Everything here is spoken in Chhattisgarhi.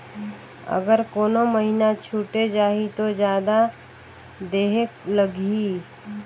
अगर कोनो महीना छुटे जाही तो जादा देहेक लगही?